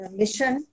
mission